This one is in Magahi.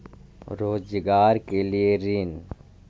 रोजगार के लिए ऋण?